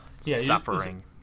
suffering